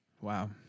Wow